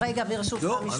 לא.